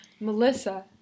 Melissa